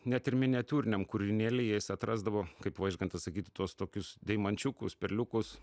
net ir miniatiūriniam kūrinėly jis atrasdavo kaip vaižgantas sakytų tuos tokius deimančiukus perliukus